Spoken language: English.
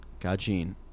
Gajin